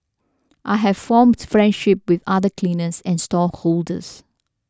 I have formed friendships with other cleaners and stallholders